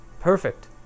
Perfect